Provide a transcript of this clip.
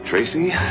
Tracy